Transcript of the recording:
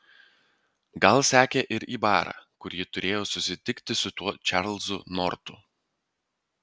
gal sekė ir į barą kur ji turėjo susitikti su tuo čarlzu nortu